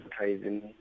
advertising